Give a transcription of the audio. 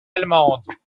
allemandes